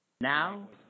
Now